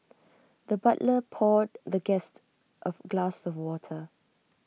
the butler poured the guest of glass of water